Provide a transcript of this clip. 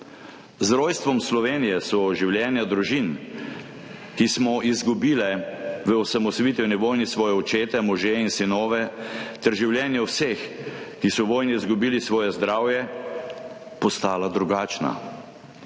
Z rojstvom Slovenije so življenja družin, ki smo izgubile v osamosvojitveni vojni svoje očete, može in sinove, ter življenja vseh, ki so v vojni izgubili svoje zdravje, postala drugačna.